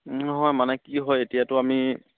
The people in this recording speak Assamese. নহয় মানে কি হয় এতিয়াতো আমি